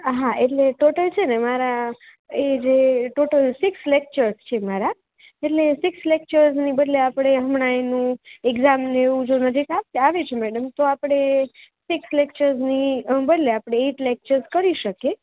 હા એટલે ટોટલ છે ને મારા એ જે ટોટલ સિક્સ લેક્ચર્સ છે મારા એટલે સિક્સ લેક્ચર્સને બદલે આપણે હમણાં એનું એક્ઝામને એવું જો નજીક આવ આવે છે મેડમ તો આપણે સિક્સ લેક્ચર્સની બદલે આપણે એઈટ લેક્ચર્સ કરી શકીએ